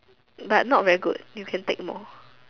but not very good you can take more